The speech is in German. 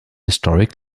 historic